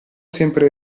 sempre